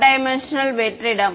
1D வெற்றிடம்